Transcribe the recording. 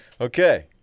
Okay